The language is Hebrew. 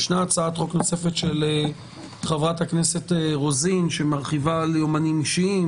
יש הצעת חוק נוספת של חברת הכנסת רוזין שמרחיבה על יומנים אישיים.